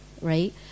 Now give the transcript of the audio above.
right